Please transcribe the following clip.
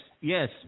yes